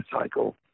cycle